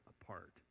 apart